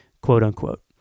quote-unquote